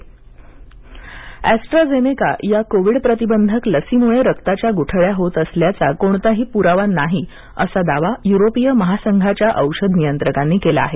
AstraZeneca AstraZeneca लसीमुळे रक्ताच्या गुठळ्या होत असल्याचा कोणताही पुरावा नाही असा दावा युरोपीय महासंघाच्या औषध नियंत्रकांनी केला आहे